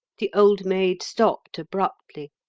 the old maid stopped abruptly.